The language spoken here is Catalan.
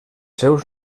seus